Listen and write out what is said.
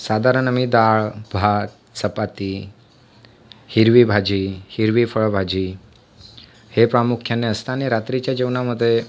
साधारण आम्ही डाळ भात चपाती हिरवी भाजी हिरवी फळभाजी हे प्रामुख्याने असतं आणि रात्रीच्या जेवणामध्ये